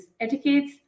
etiquettes